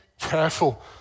careful